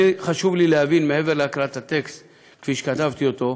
חשוב להבין, מעבר להקראת הטקסט כפי שכתבתי אותו: